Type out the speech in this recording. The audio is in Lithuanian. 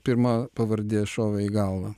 pirma pavardė šovė į galvą